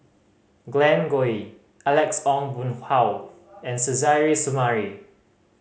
Glen Goei Alex Ong Boon Hau and Suzairhe Sumari